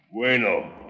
Bueno